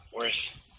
worth